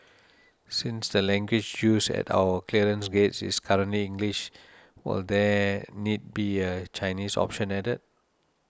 since the language used at our clearance gates is currently English will there need be a Chinese option added